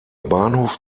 bahnhof